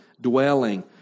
dwelling